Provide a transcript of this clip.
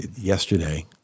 yesterday